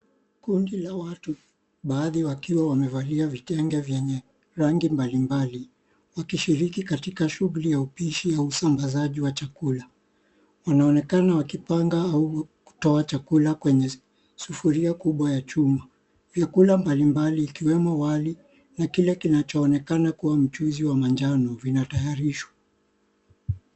Kundi la watu bahari. Wakiwa wamevalia vitenge vyenye rangi mbalimbali wakishiriki katika shughuli ya upishi ya usambazaji wa chakula. Wanaonekana wakipanga au kutoa chakula kwenye sufuria kubwa ya chuma. Vyakula mbalimbali vikiwemo wali na kile kinachoonekana kuwa mchuuzi wa manjano vinatayarishwa.